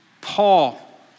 Paul